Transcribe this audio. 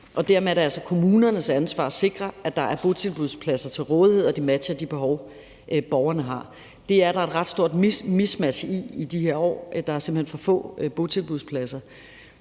er det altså kommunernes ansvar at sikre, at der er botilbudspladser til rådighed, og at de matcher de behov, borgerne har. Det er der et ret stort mismatch i i de her år. Der er simpelt hen for få botilbudspladser,